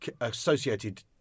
associated